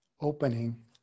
opening